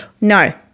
no